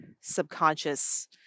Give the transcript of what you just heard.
subconscious